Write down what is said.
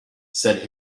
said